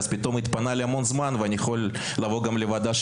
אז פתאום התפנה לי המון זמן ואני יכול לבוא ולדבר